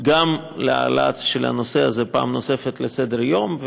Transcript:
גם להעלאת הנושא הזה פעם נוספת לסדר-היום,